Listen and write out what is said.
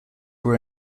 were